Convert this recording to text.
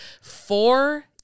Four